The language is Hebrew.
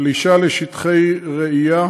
פלישה לשטחי רעייה,